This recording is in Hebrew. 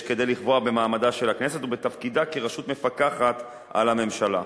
יש כדי לפגוע במעמדה של הכנסת ובתפקידה כרשות מפקחת על הממשלה,